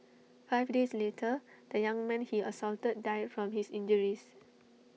five days later the young man he assaulted died from his injuries